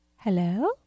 Hello